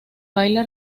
baile